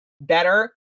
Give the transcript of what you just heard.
better